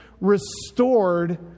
restored